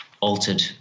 altered